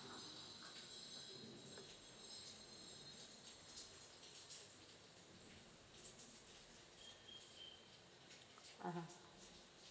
(uh huh)